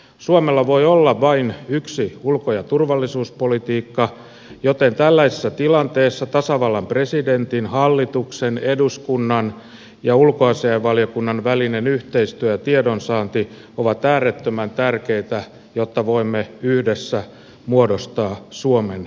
suomella voi olla vain yksi ulko ja turvallisuuspolitiikka joten tällaisessa tilanteessa tasavallan presidentin hallituksen eduskunnan ja ulkoasiainvaliokunnan välinen yhteistyö ja tiedonsaanti ovat äärettömän tärkeitä jotta voimme yhdessä muodostaa suomen linjan